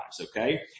Okay